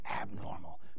abnormal